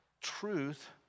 truth